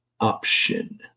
option